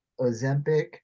ozempic